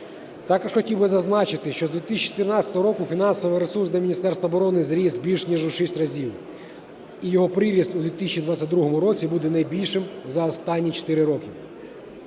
Також хотів би зазначити, що з 2014 року фінансовий ресурс для Міністерства оборони зріс більш ніж у 6 разів, і його приріст у 2022 році буде найбільшим за останні чотири роки.